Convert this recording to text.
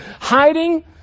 Hiding